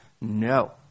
No